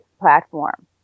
platform